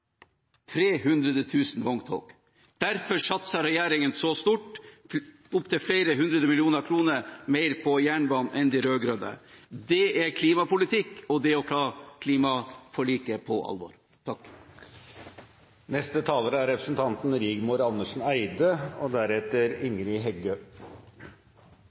000 vogntog. Derfor satser regjeringen så stort – opp til flere hundre millioner kroner mer på jernbane enn de rød-grønne. Det er klimapolitikk, og det er å ta klimaforliket på alvor.